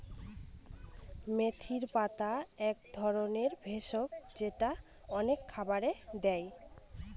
মেথির পাতা এক ধরনের ভেষজ যেটা অনেক খাবারে দেয়